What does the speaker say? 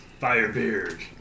Firebeard